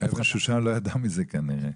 אבן שושן לא ידע מזה כנראה.